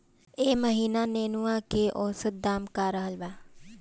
एह महीना नेनुआ के औसत दाम का रहल बा?